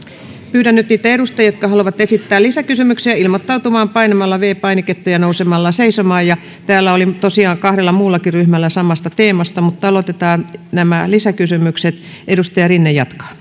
pyydän nyt niitä edustajia jotka haluavat esittää lisäkysymyksiä ilmoittautumaan painamalla viides painiketta ja nousemalla seisomaan täällä oli tosiaan kahdella muullakin ryhmällä samasta teemasta mutta aloitetaan nyt nämä lisäkysymykset ja edustaja rinne